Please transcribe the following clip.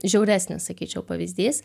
žiauresnis sakyčiau pavyzdys